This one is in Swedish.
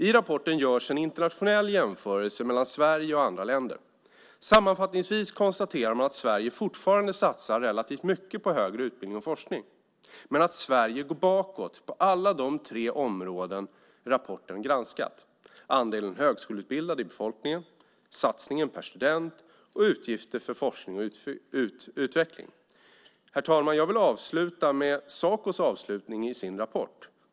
I rapporten görs en internationell jämförelse mellan Sverige och andra länder. Sammanfattningsvis konstaterar man att Sverige fortfarande satsar relativt mycket på högre utbildning och forskning, men att Sverige går bakåt på alla de tre områden rapporten granskat: andelen högskoleutbildade i befolkningen, satsningen per student och utgifter för forskning och utveckling. Herr talman! Jag vill avsluta med Sacos avslutning i deras rapport.